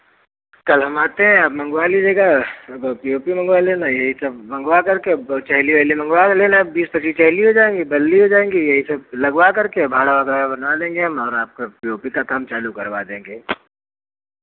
कल हम आते हैं आप मँगवा लीजिएगा एगो पी ओ पी मँगवा लेना यही सब मँगवाकर के चैली वैली मँगवा लेना बीस पचीस चैली हो जाएँगी बल्ली हो जाएँगी यही सब लगवाकर के भाड़ा वगैरह बनवा देंगे हम और आपका पी ओ पी का काम चालू करवा देंगे